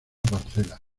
parcela